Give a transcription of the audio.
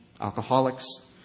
alcoholics